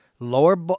lower